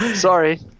Sorry